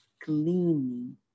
cleaning